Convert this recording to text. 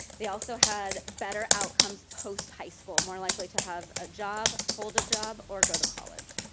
they also had better outcomes post high school. more likely to have a job, hold a job, or go to college.